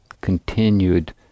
continued